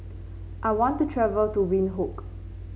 I want to travel to Windhoek